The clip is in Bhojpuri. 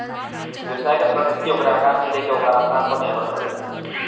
व्यवसाय के प्रकृति ओकरा आकार से लेके ओकर स्थान पर निर्भर करेला